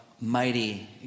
mighty